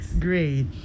great